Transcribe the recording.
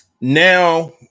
Now